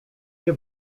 nie